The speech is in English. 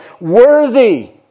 Worthy